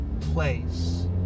place